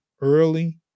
early